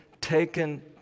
Taken